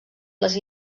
les